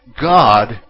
God